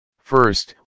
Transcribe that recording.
First